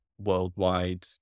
worldwide